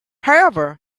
however